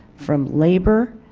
from labor,